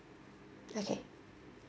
okay